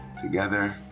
together